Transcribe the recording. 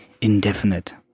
indefinite